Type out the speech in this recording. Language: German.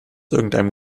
irgendeinem